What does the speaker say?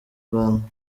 rwanda